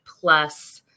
plus